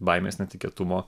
baimės netikėtumo